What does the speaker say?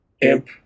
Imp